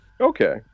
Okay